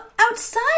outside